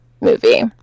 movie